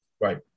Right